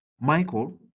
Michael